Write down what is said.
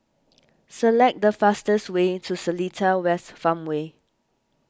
select the fastest way to Seletar West Farmway